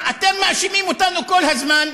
אתם מאשימים אותנו כל הזמן,